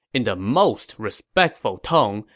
in the most respectful tone,